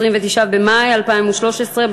29 במאי 2013,